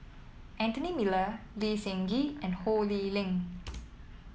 Anthony Miller Lee Seng Gee and Ho Lee Ling